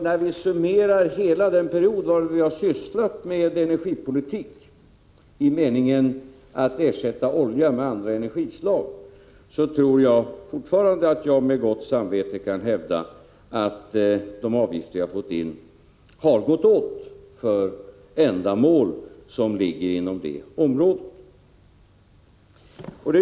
När vi summerar hela den period varunder vi har sysslat med energipolitik i meningen att ersätta olja med andra energislag, tror jag att jag fortfarande med gott samvete kan hävda att de avgifter som vi har fått in har gått åt för ändamål inom detta område.